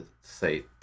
say